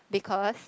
because